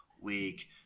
week